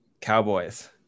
Cowboys